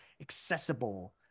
accessible